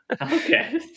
Okay